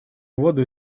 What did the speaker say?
воду